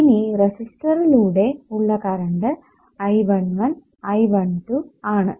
ഇനി റെസിസ്റ്ററിലൂടെ ഉള്ള കറണ്ട് I11 I12 ആണ്